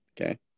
okay